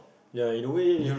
ya in a way